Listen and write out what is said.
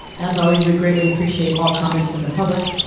as always, we greatly appreciate all comments from the public,